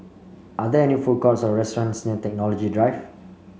are there any food courts or restaurants near Technology Drive